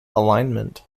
alignment